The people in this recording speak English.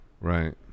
Right